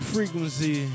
Frequency